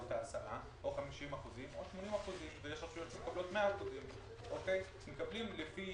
מעלות ההסעה או 50% או 80%. ויש רשויות שמקבלות 100%. מקבלים לפי